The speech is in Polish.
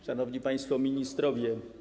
Szanowni Państwo Ministrowie!